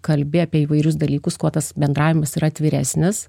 kalbi apie įvairius dalykus kuo tas bendravimas yra atviresnis